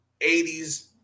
80s